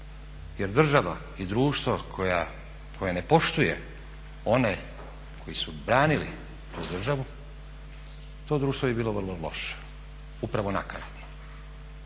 jer država i društvo koje ne poštuje one koji su branili ovu državu, to društvo je bilo vrlo loše, upravo nakaradno.